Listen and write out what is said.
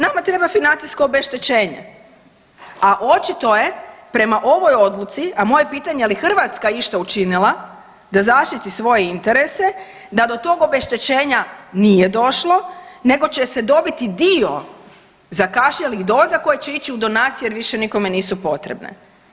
Nama treba financijsko obeštećenje, a očito je prema ovoj odluci, a moje je pitanje je li Hrvatska išta učinila da zaštiti svoje interese, da to tog obeštećenja nije došlo nego će se dobiti dio zakašnjelih doza koje će ići u donacije jer više nikome nisu potrebne.